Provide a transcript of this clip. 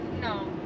no